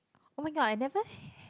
oh-my-god I never ha~